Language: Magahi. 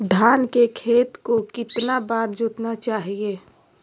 धान के खेत को कितना बार जोतना चाहिए?